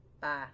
Bye